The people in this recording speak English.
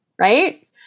right